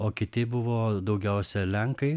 o kiti buvo daugiausia lenkai